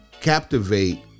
captivate